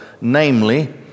namely